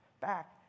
back